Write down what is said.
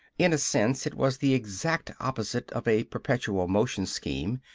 in a sense it was the exact opposite of a perpetual-motion scheme,